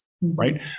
right